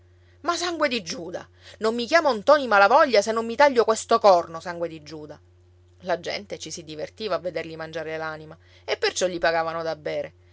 ma sangue di giuda non mi chiamo ntoni malavoglia se non mi taglio questo corno sangue di giuda la gente ci si divertiva a vedergli mangiare l'anima e perciò gli pagavano da bere